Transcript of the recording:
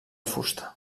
fusta